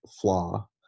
flaw